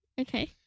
Okay